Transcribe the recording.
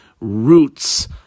roots